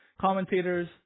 commentators